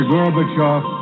Gorbachev